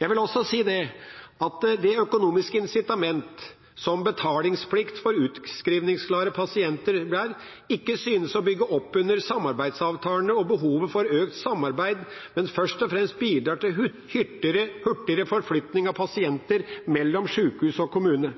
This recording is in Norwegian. Jeg vil også si at det økonomiske incitament som betalingsplikt for utskrivningsklare pasienter er, ikke synes å bygge opp under samarbeidsavtalene og behovet for økt samarbeid, men først og fremst bidrar til hurtigere forflytning av pasienter mellom sjukehus og kommune.